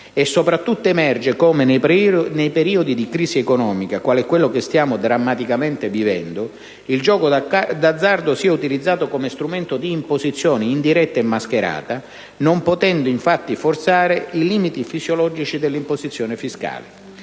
Soprattutto, emerge come nei periodi di crisi economica come quello che stiamo drammaticamente vivendo il gioco di azzardo sia utilizzato come strumento di imposizione indiretta e mascherata. Non potendo infatti forzare i limiti fisiologici dell'imposizione fiscale,